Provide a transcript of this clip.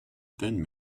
then